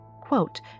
quote